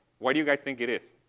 why do you guys think it is?